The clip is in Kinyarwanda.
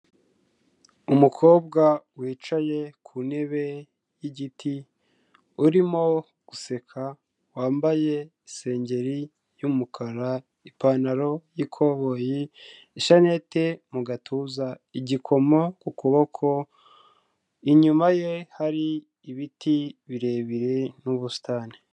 Umukobwa wicaye ku ntebe y'igiti, urimo guseka, wambaye isengeri y'umukara, ipantaro y'ikoboyi, ishanete mu gatuza, igikoma ku kuboko, inyuma ye hari ibiti birebire n'ubusitani.